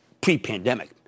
pre-pandemic